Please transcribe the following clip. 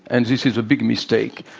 and this is a big mistake,